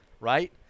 right